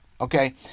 Okay